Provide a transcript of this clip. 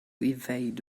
evade